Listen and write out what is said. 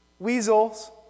weasels